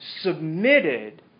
submitted